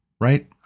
right